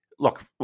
Look